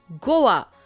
Goa